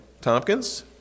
Tompkins